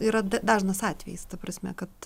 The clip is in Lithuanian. yra dažnas atvejis ta prasme kad